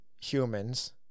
humans